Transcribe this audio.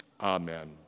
amen